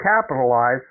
capitalize